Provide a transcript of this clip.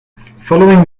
following